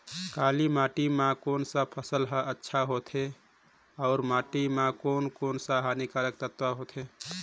काली माटी मां कोन सा फसल ह अच्छा होथे अउर माटी म कोन कोन स हानिकारक तत्व होथे?